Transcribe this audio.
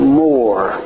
more